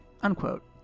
unquote